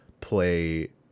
play